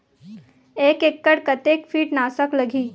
एक एकड़ कतेक किट नाशक लगही?